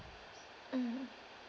mm